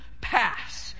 pass